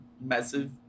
massive